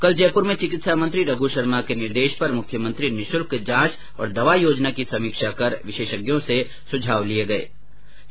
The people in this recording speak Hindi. कल जयपुर में चिकित्सा मंत्री रघ् शर्मा के निर्देश पर मुख्यमंत्री निःशुल्क जांच और दवा योजना की समीक्षा कर विशेषज्ञो से सुझाव लिये ग ँये है